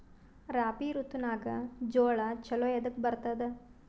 ರಾಬಿ ಋತುನಾಗ್ ಜೋಳ ಚಲೋ ಎದಕ ಬರತದ?